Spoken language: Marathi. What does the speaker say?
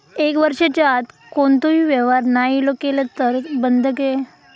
एक वर्षाच्या आत कोणतोही व्यवहार नाय केलो तर ता बंद करतले काय?